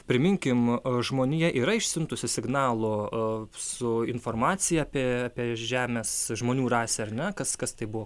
priminkim žmonija yra išsiuntusi signalų su informacija apie apie žemės žmonių rasę ar ne kas kas tai buvo